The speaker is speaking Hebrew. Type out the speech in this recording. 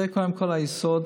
זה קודם כול היסוד